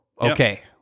okay